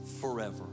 forever